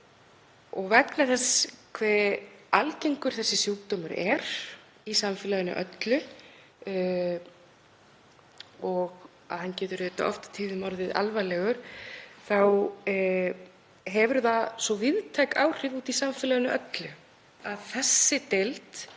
og vegna þess hve algengur þessi sjúkdómur er í samfélaginu öllu, og vegna þess að hann getur oft á tíðum orðið alvarlegur, þá hefur það víðtæk áhrif í samfélaginu öllu